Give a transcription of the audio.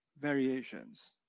Variations